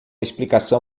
explicação